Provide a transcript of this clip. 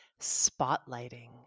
spotlighting